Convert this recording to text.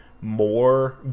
more